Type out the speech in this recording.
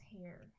hair